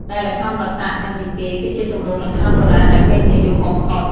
ដែលល្ខោនបាសាក់ និងយីកេ គឺជាទម្រង់ល្ខោនបុរាណដែលពេញនិយមបំផុត ។